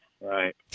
Right